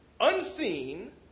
unseen